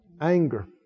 anger